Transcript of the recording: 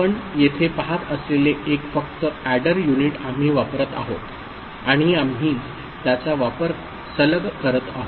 आपण येथे पाहत असलेले एक फक्त एडर युनिट आम्ही वापरत आहोत आणि आम्ही त्याचा वापर सलग करत आहोत